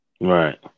Right